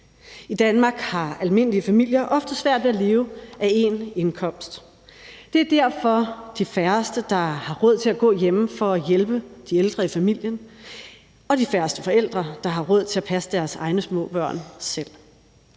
I Danmark har almindelige familier ofte svært ved at leve af én indkomst. Det er derfor de færreste, der har råd til at gå hjemme for at hjælpe de ældre i familien, og de færreste forældre, der har råd til at passe deres egne små børn selv.